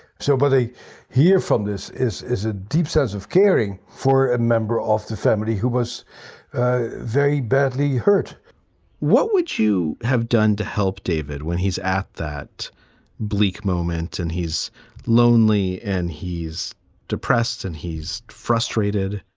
so but they hear from this is is a deep sense of caring for a member of the family who was very badly hurt what would you have done to help david when he's at that bleak moment and he's lonely and he's depressed and he's frustrated?